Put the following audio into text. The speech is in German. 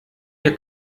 ihr